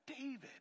David